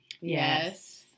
Yes